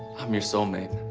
i'm your soul mate.